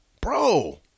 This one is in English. Bro